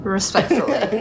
Respectfully